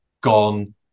gone